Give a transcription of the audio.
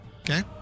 Okay